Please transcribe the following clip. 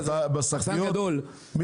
מחסן גדול --- טוב,